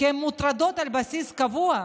כי הן מוטרדות על בסיס קבוע.